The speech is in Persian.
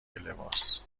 لباس